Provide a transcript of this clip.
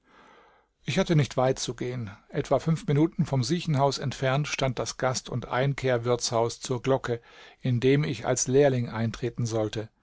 ich hatte nicht weit zu gehen etwa fünf minuten vom siechenhaus entfernt stand das gast und einkehrwirtshaus zur glocke in dem ich als lehrling eintreten sollte